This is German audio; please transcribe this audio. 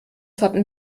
hatten